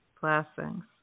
Blessings